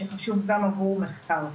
שחשוב גם עבור המחקר.